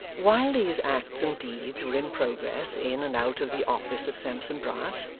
while these acts and deeds were in progress in and out of the office of sampson brass,